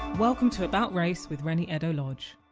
welcome to about race with reni eddo-lodge